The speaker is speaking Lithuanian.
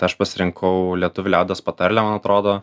tai aš pasirinkau lietuvių liaudies patarlę man atrodo